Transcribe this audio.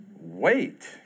wait